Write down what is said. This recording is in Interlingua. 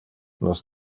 nos